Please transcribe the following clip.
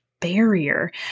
barrier